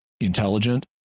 intelligent